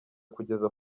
kugeza